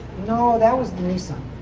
no, that was the nissan.